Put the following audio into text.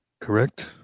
correct